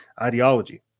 ideology